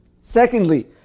Secondly